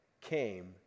came